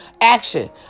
Action